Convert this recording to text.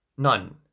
None